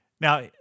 Now